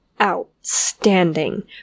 outstanding